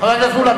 חבר הכנסת מולה,